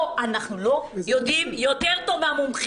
לא אנחנו לא יודעים יותר טוב מהמומחים.